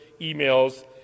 emails